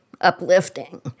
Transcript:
uplifting